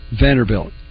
Vanderbilt